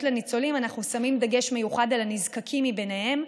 לניצולים אנחנו שמים דגש מיוחד על הנזקקים מביניהם,